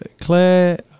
Claire